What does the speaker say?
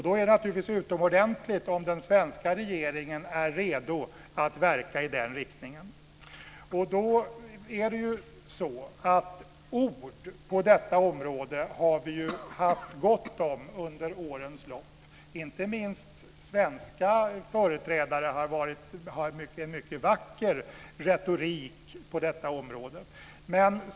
Då är det naturligtvis utomordentligt om den svenska regeringen är redo att verka i den riktningen. Vi har haft gott om ord på detta område under årens lopp. Inte minst svenska företrädare har haft en mycket vacker retorik på området.